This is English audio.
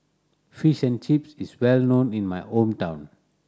Fish and Chips is well known in my hometown